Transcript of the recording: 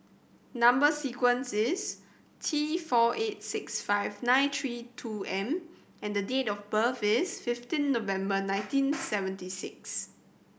number sequence is T four eight six five nine three two M and date of birth is fifteen November nineteen seventy six